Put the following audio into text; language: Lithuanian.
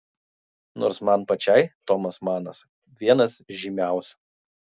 nors man pačiai tomas manas vienas žymiausių